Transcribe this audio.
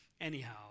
Anyhow